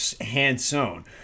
hand-sewn